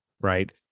Right